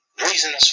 reasons